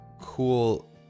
cool